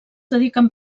dediquen